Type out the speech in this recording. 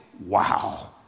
wow